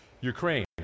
Ukraine